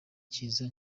kiza